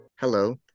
Hello